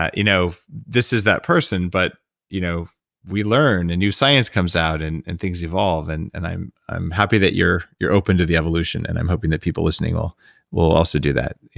you know this is that person, but you know we learn, and new science comes out, and and things evolve, and and i'm i'm happy that you're you're open to the evolution, and i'm hoping that people listening will will also do that.